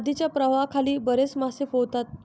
नदीच्या प्रवाहाखाली बरेच मासे पोहतात